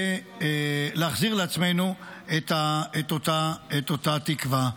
להחזיר לעצמנו את אותה התקווה.